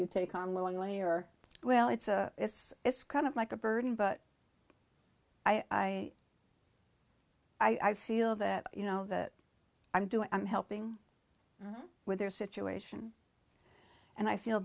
you take on willingly or well it's a it's it's kind of like a burden but i i feel that you know that i'm doing i'm helping with their situation and i feel